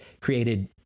created